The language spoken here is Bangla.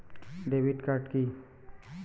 Debit card key?